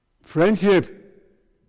friendship